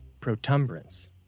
protumbrance